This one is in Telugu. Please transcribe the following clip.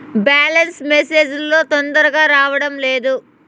బ్యాలెన్స్ మెసేజ్ లు తొందరగా రావడం లేదు?